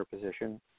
position